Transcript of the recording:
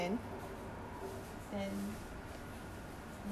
then then like that lor